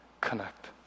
connect